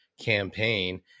campaign